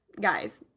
guys